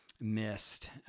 missed